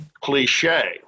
cliche